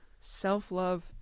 self-love